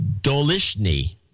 Dolishny